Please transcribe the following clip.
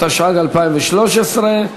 התשע"ג 2013,